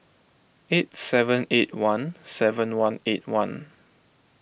eight seven eight one seven one eight one